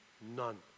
None